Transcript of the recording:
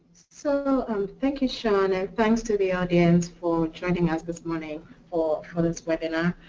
so um thank you, sean and thanks to the audience for joining us this morning for for this webinar.